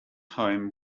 home